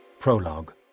prologue